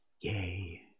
Yay